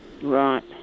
Right